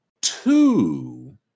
two